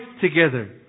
together